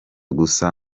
gusa